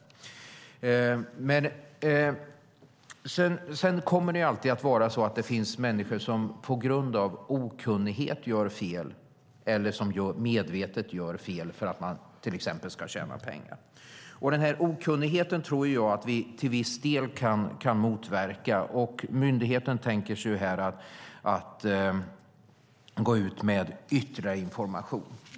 Det kommer alltid att finnas människor som på grund av okunnighet gör fel eller som medvetet gör fel, till exempel för att tjäna pengar. Jag tror att vi till viss del kan motverka okunnigheten. Myndigheten tänker sig att gå ut med ytterligare information.